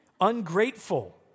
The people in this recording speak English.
Ungrateful